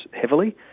heavily